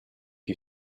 you